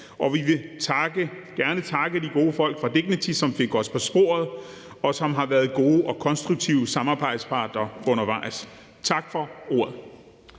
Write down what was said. Og vi vil gerne takke de gode folk fra DIGNITY, som fik os på sporet, og som har været gode og konstruktive samarbejdspartnere undervejs. Tak for ordet.